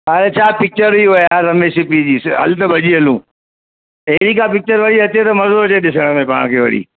अरे छा पिचर हुई वो यारु रमेश सिप्पी जी हल त भॼी हलूं अहिड़ी का पिचर वरी अचे त मज़ो अचे ॾिसण में पाण खे वरी